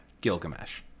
Gilgamesh